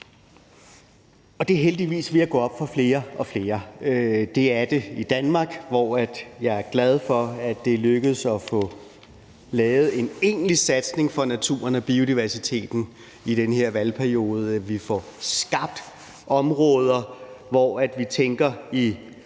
og det er heldigvis ved at gå op for flere og flere. Det er det i Danmark, hvor jeg er glad for at det er lykkedes at få lavet en egentlig satsning for naturen og biodiversiteten i den her valgperiode. Vi får skabt områder, hvor vi tænker i